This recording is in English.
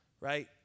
right